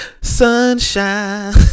sunshine